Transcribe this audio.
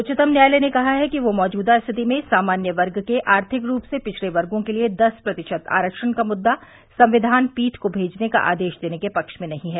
उच्चतम न्यायालय ने कहा है कि वह मौजूदा स्थिति में सामान्य वर्ग के आर्थिक रूप से पिछड़े वर्गो के लिए दस प्रतिशत आरक्षण का मुद्दा संविधान पीठ को भेजने का आदेश देने के पक्ष में नहीं है